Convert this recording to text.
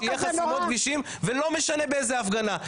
אני לא רוצה שיהיה חסימות כבישים ולא משנה באיזה בהפגנה,